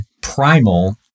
primal